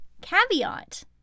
caveat